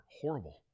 horrible